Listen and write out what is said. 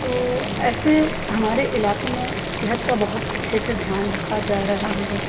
تو ایسے ہمارے علاقے میں صحت کا بہت اچھے سے دھیان رکھا جا رہا ہے